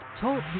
Talk